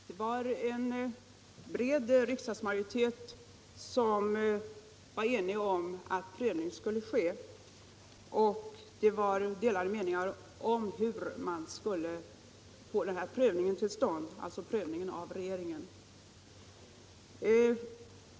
Herr talman! En bred riksdagsmajoritet var enig om att prövning skulle ske, men delade meningar fanns om hur regeringens prövning skulle göras.